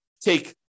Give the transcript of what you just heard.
take